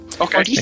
Okay